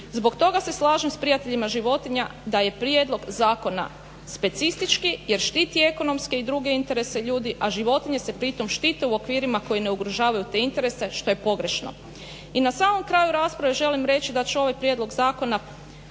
Zbog toga se slažem s Prijateljima životinja da je prijedlog zakona specistički jer štiti ekonomke i druge interese ljudi a životinje se pritom štite u okvirima koji ne ugrožavaju te interese što je pogrešno. I na samom kraju rasprave želim reći da ću ovaj prijedlog zakona